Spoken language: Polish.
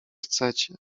chcecie